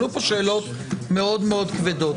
עלו פה שאלות מאוד מאוד כבדות.